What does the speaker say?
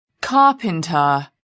carpenter